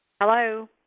Hello